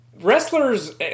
wrestlers